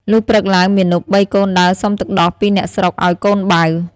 លុះព្រឹកឡើងមាណពបីកូនដើរសុំទឹកដោះពីអ្នកស្រុកឲ្យកូនបៅ។